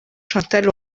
chantal